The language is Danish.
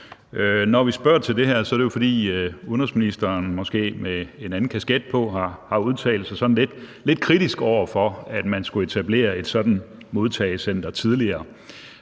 Når vi spørger til det her, er det, fordi udenrigsministeren, måske med en anden kasket på, tidligere har udtalt sig sådan lidt kritisk over for, at man skulle etablere et sådant modtagecenter.